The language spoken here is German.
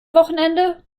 wochenende